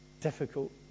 difficult